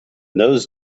those